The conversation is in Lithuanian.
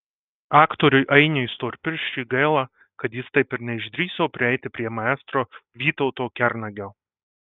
aktoriui ainiui storpirščiui gaila kad jis taip ir neišdrįso prieiti prie maestro vytauto kernagio